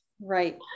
Right